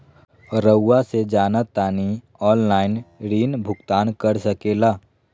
रहुआ से जाना तानी ऑनलाइन ऋण भुगतान कर सके ला?